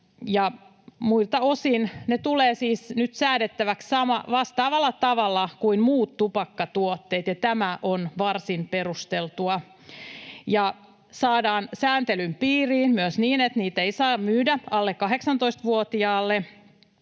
Muilta osin ne tulevat siis nyt säädettäväksi vastaavalla tavalla kuin muut tupakkatuotteet, ja tämä on varsin perusteltua. Ne saadaan sääntelyn piiriin myös niin, että niitä ei saa myydä alle 18-vuotiaalle